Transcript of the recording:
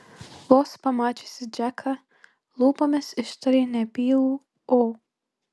vos pamačiusi džeką lūpomis ištarė nebylų o